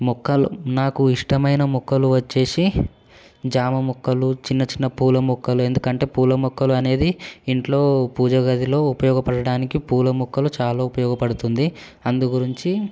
మొక్కలు నాకు ఇష్టమైన మొక్కలు వచ్చేసి జామ మొక్కలు చిన్న చిన్న పూల మొక్కలు ఎందుకంటే పూల మొక్కలు అనేది ఇంట్లో పూజ గదిలో ఉపయోగపడటానికి పూల మొక్కలు చాలా ఉపయోగపడుతుంది అందు గురించి